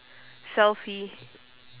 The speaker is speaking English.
selfie